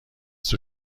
توی